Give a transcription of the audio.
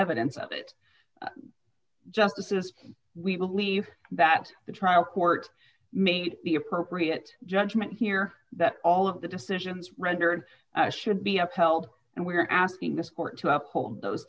evidence of it just says we believe that the trial court made the appropriate judgment here that all of the decisions rendered should be upheld and we're asking this court to uphold those